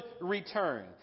return